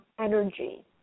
energy